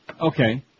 Okay